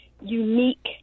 unique